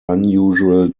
unusual